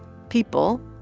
people,